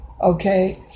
okay